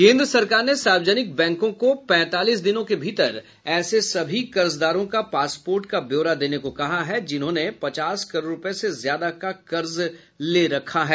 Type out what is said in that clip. केंद्र सरकार ने सार्वजनिक बैंकों को पैंतालीस दिनों के भीतर ऐसे सभी कर्जदारों का पासपोर्ट का ब्योरा देने को कहा है जिन्होंने पचास करोड़ रूपये से ज्यादा का कर्ज ले रखा है